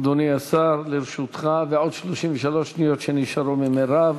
אדוני השר, לרשותך, ועוד 33 שניות שנשארו ממירב.